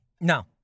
No